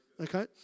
Okay